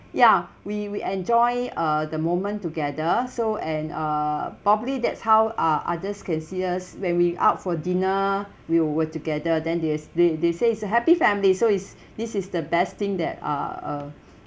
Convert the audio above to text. ya we we enjoy uh the moment together so and uh probably that's how ah others can see us when we out for dinner we'll we're together then they s~ they they say it's a happy family so it's this is the best thing that uh uh